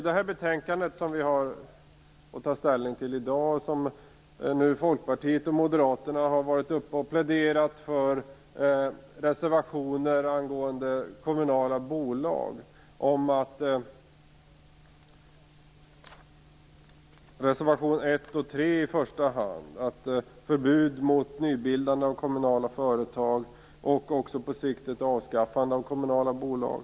Det betänkande som vi i dag har att ta ställning till innehåller reservationer angående kommunala bolag som Moderaternas och Folkpartiets representanter här pläderat för. Det handlar i första hand om reservationerna 1 och 3 som rör förbud mot nybildande av kommunala företag och, på sikt, också ett avskaffande av kommunala bolag.